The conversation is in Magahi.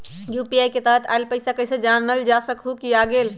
यू.पी.आई के तहत आइल पैसा कईसे जानल जा सकहु की आ गेल?